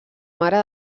mare